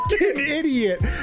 idiot